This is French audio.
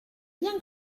bien